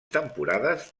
temporades